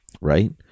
right